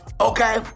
okay